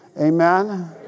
Amen